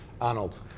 Arnold